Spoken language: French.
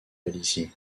palissy